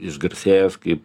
išgarsėjęs kaip